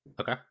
Okay